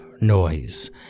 noise